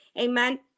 Amen